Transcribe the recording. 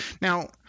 Now